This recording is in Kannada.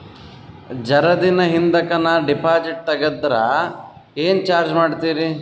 ಜರ ದಿನ ಹಿಂದಕ ನಾ ಡಿಪಾಜಿಟ್ ತಗದ್ರ ಏನ ಚಾರ್ಜ ಮಾಡ್ತೀರಿ?